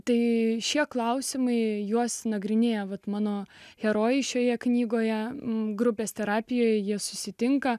tai šie klausimai juos nagrinėja vat mano herojai šioje knygoje grupės terapijoje jie susitinka